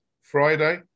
Friday